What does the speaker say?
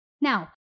now